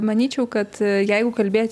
manyčiau kad jeigu kalbėt